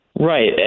Right